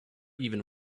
even